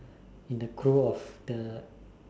in the crew of the